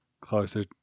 closer